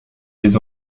des